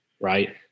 Right